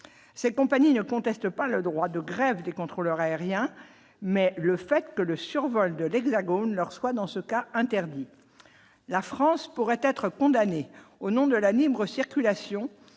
ces compagnies ne conteste pas le droit de grève des contrôleurs aériens, mais le fait que le survol de l'Hexagone leur soit dans ce cas, interdit la France pourrait être condamné au nom de la libre circulation,